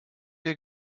der